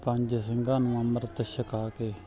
ਪੰਜ ਸਿੰਘਾਂ ਨੂੰ ਅੰਮ੍ਰਿਤ ਛਕਾ ਕੇ